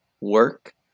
work